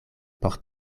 por